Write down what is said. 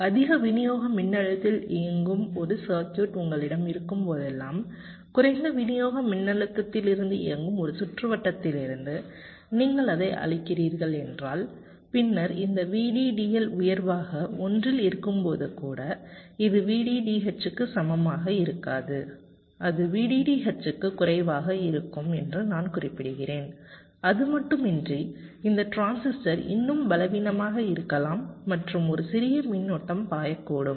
எனவே அதிக விநியோக மின்னழுத்தத்தில் இயங்கும் ஒரு சர்க்யூட் உங்களிடம் இருக்கும்போதெல்லாம் குறைந்த விநியோக மின்னழுத்தத்திலிருந்து இயங்கும் ஒரு சுற்றுவட்டத்திலிருந்து நீங்கள் அதை அளிக்கிறீர்கள் என்றால் பின்னர் இந்த VDDL உயர்வாக 1 ல் இருக்கும்போது கூட இது VDDH க்கு சமமாக இருக்காது அது VDDH க்கு குறைவாக இருக்கும் என்று நான் குறிப்பிடுகிறேன் அதுமட்டுமின்றி இந்த டிரான்சிஸ்டர் இன்னும் பலவீனமாக இருக்கலாம் மற்றும் ஒரு சிறிய மின்னோட்டம் பாயக்கூடும்